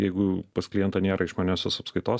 jeigu pas klientą nėra išmaniosios apskaitos